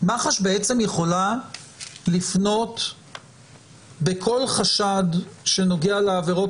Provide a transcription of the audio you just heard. מח"ש בעצם יכולה לפנות בכל חשד שנוגע לעבירות